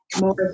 more